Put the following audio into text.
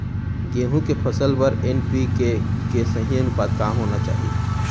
गेहूँ के फसल बर एन.पी.के के सही अनुपात का होना चाही?